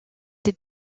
des